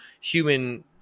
human